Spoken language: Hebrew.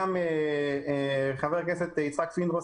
שחברי הכנסת פינדרוס